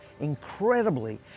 Incredibly